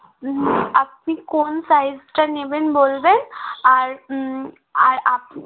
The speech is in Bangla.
আপনি কোন সাইজটা নেবেন বলবেন আর আর আপনি